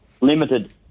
limited